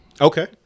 Okay